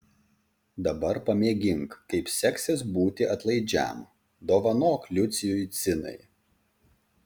dabar pamėgink kaip seksis būti atlaidžiam dovanok liucijui cinai